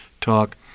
talk